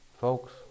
Folks